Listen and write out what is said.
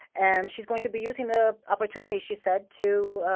and she's going to be using the opportunity, she said, to